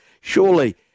surely